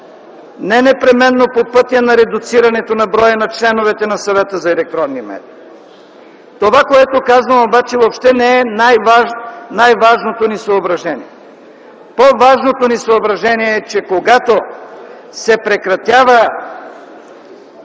не непременно по пътя на редуцирането на броя на членовете на Съвета за електронни медии. Това което казвам, обаче не е най-важното ни съображение. По-важното ни съображение е, че когато се прекратява